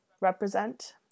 represent